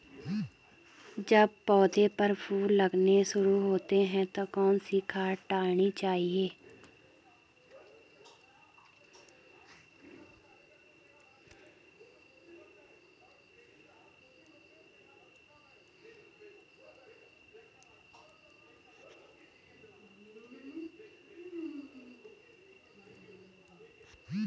जब पौधें पर फूल लगने शुरू होते हैं तो कौन सी खाद डालनी चाहिए?